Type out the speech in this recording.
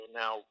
now